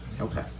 Okay